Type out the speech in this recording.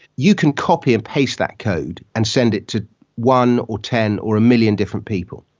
you can copy and paste that code and send it to one or ten or a million different people.